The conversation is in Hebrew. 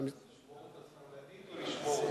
התקשורת השמאלנית או ?